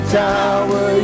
tower